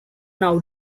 now